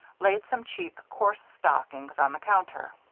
laid some cheap, coarse stockings on the counter.